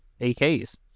AKs